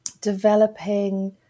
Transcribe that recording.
developing